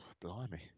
Blimey